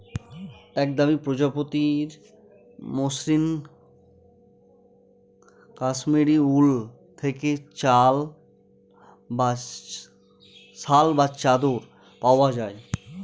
এক দামি প্রজাতির মসৃন কাশ্মীরি উল থেকে শাল বা চাদর পাওয়া যায়